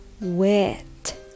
wet